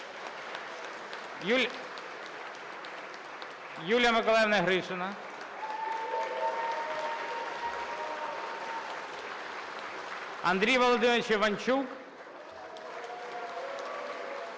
Юлія Миколаївна Гришина, Андрій Володимирович Іванчук